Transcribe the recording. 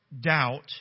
doubt